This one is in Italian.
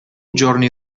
giorni